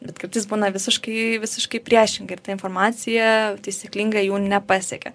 bet kartais būna visiškai visiškai priešingai ir ta informacija taisyklinga jų nepasiekia